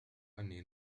أني